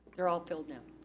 they're all filled now?